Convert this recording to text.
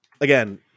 again